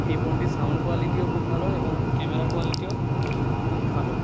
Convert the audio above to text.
এই ফোনটির সাউন্ড কোয়ালিটিও খুব ভালো এবং ক্যামেরা কোয়ালিটিও খুব ভালো